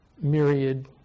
myriad